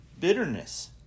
bitterness